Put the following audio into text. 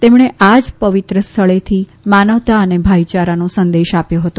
તેમણે આ જ પવિત્ર સ્થળેથી માનવતા અને ભાઇયારાનો સંદેશ આપ્યો હતો